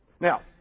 Now